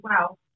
wow